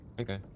Okay